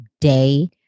day